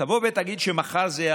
תבוא ותגיד שמחר,